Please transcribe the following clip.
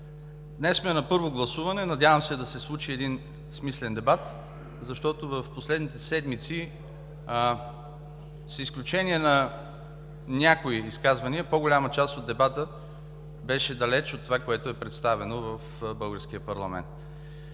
Днес сме на първо гласуване. Надявам се да се случи един смислен дебат, защото в последните седмици, с изключение на някои изказвания, по-голяма част от дебата беше далеч от това, което е представено в